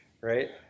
right